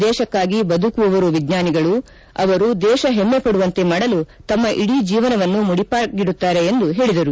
ದೇಶಕಾಗಿ ಬದುಕುವವರು ವಿಜ್ವಾನಿಗಳು ಅವರು ದೇಶ ಹೆಮ್ಮೆ ಪಡುವಂತೆ ಮಾಡಲು ತಮ್ಮ ಇಡೀ ಜೀವನವನ್ನು ಮುಡಿಪಾಗಿಡುತ್ತಾರೆ ಎಂದು ಹೇಳಿದರು